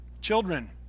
Children